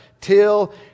till